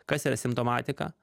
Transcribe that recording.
kas yra simptomatika